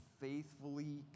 faithfully